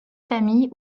famille